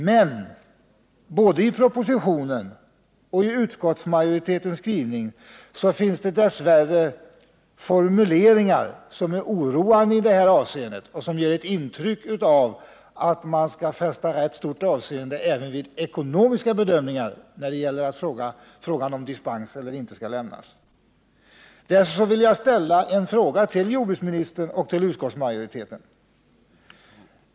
Men både i propositionen och i utskottsmajoritetens skrivning finns det dess värre formuleringar som är oroande i detta avseende och som ger ett intryck av att man skall fästa rätt stort avseende även vid ekonomiska bedömningar när det gäller frågan huruvida dispens skall lämnas eller inte.